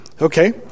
okay